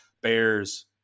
bears